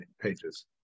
Pages